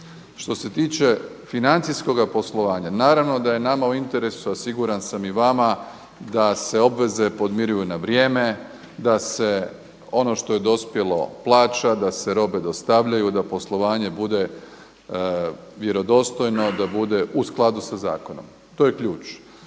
Što se tiče financijskog poslovanja naravno da je nama u interesu, a siguran sam i vama da se obveze podmiruju na vrijeme, da se ono što je dospjelo plaća, da se robe dostavljaju, da poslovanje bude vjerodostojno, da bude u skladu sa zakonom. To je ključ.